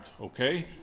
Okay